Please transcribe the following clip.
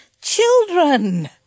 children